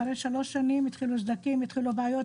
אחרי שלוש שנים התחילו סדקים, התחילו בעיות.